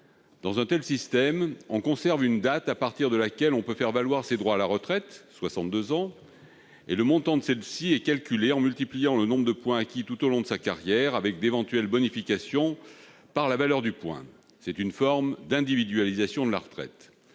Dans un tel système, on conserve une date à partir de laquelle on peut faire valoir ses droits à la retraite- 62 ans -, et le montant de la pension est calculé en multipliant le nombre de points acquis tout au long de la carrière, avec d'éventuelles bonifications, par la valeur du point. C'est une forme d'individualisation de la retraite.